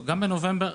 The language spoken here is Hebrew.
גם בנובמבר,